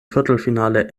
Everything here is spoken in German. viertelfinale